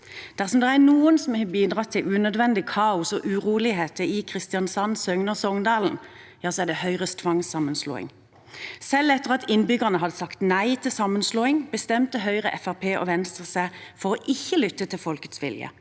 Dersom det er noe som har bidratt til unødvendig kaos og uroligheter i Kristiansand, Søgne og Songdalen, er det Høyres tvangssammenslåing. Selv etter at innbyggerne hadde sagt nei til sammenslåing, bestemte Høyre, Fremskrittspartiet og Venstre seg for å ikke lytte til folkets vilje,